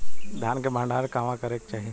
धान के भण्डारण कहवा करे के चाही?